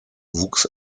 wuchs